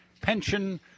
Pension